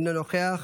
אינו נוכח,